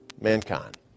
mankind